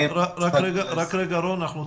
בסך הכל חיים סיכם בצורה מאוד מדויקת מבחינת